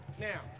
Now